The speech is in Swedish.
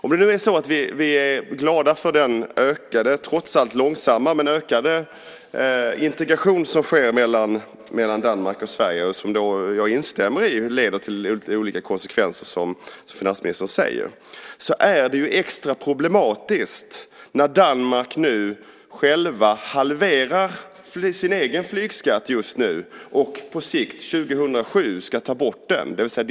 Om vi nu är glada för den trots allt långsamma men ökade integration som sker mellan Danmark och Sverige - jag instämmer i att den får olika konsekvenser, som finansministern säger - är det extra problematiskt när Danmark halverar sin egen flygskatt just nu och ska ta bort den på sikt, 2007.